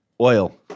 Oil